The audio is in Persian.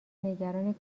نگران